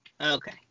okay